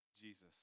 Jesus